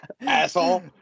Asshole